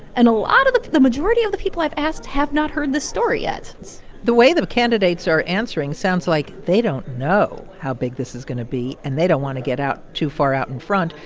and a lot of of the majority of the people i've asked have not heard this story yet the way the candidates are answering sounds like they don't know how big this is going to be, and they don't want to get out too far out in front.